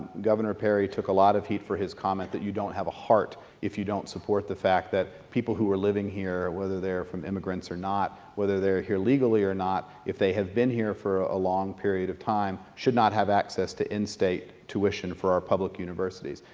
governor perry took a lot of heat for his comment that you don't have a heart if you don't support the fact that people who are living here, whether they are from immigrants or not, whether they're here legally or not, if they have been here for a long period of time should not have access to in-state tuition for our public universities,